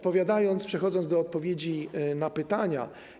Przechodzę do odpowiedzi na pytania.